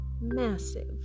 massive